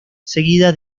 seguida